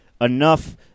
enough